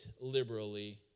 liberally